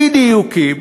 אי-דיוקים,